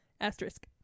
asterisk